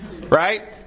Right